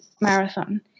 Marathon